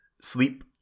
sleep